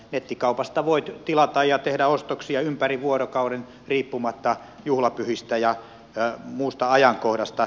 nettikaupasta voit tilata ja tehdä ostoksia ympäri vuorokauden riippumatta juhlapyhistä ja muusta ajankohdasta